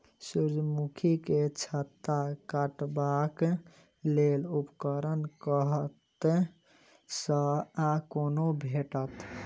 सूर्यमुखी केँ छत्ता काटबाक लेल उपकरण कतह सऽ आ कोना भेटत?